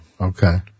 Okay